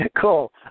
cool